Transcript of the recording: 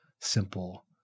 simple